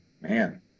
Man